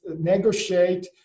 negotiate